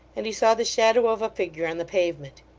and he saw the shadow of a figure on the pavement.